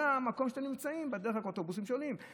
זה המקום שאתם נמצאים בו, רק האוטובוסים שונים.